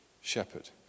shepherd